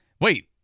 wait